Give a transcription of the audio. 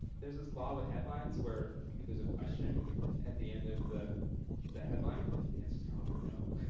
there's this law with headlines where, if there's a question at the end of the the headline, the answer's probably no.